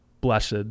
blessed